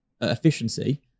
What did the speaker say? efficiency